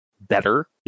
better